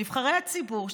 נבחרי הציבור,